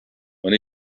when